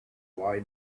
fly